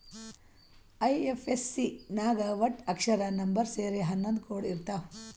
IFSC ನಾಗ್ ವಟ್ಟ ಅಕ್ಷರ, ನಂಬರ್ ಸೇರಿ ಹನ್ನೊಂದ್ ಕೋಡ್ ಇರ್ತಾವ್